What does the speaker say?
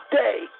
day